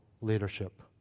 leadership